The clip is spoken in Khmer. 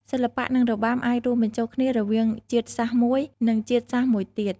សិល្បៈ និងរបាំអាចរួមបញ្ចូលគ្នារវាងជាតិសាសមួយ និងជាតិសាសន៍មួយទៀត។